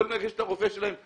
יכולים לגשת לרופא שלהם,